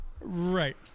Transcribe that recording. Right